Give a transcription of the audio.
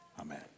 amen